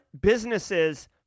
businesses